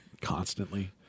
constantly